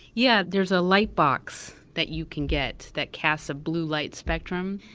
yeah, there's a light box that you can get that cast a blue light spectrum.